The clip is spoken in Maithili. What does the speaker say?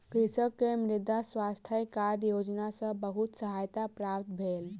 कृषक के मृदा स्वास्थ्य कार्ड योजना सॅ बहुत सहायता प्राप्त भेल